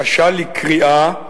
קשה לקריאה,